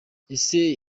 ese